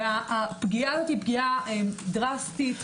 הפגיעה הזאת דרסטית,